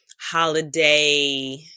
holiday